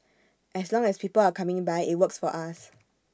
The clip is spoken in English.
as long as people are coming by IT works for us